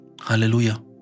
Hallelujah